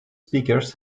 speakers